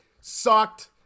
sucked